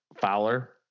Fowler